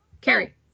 Carrie